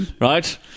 Right